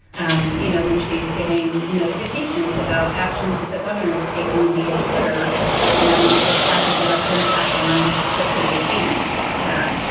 um you know, when she's getting notifications about actions that the governor is taking via twitter and it has a direct impact on the city of phoenix, that